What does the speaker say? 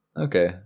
Okay